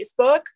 Facebook